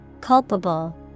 Culpable